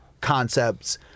concepts